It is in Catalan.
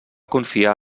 confiar